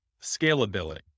scalability